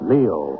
Leo